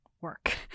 work